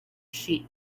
sheep